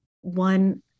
One